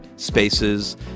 Spaces